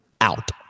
out